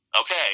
okay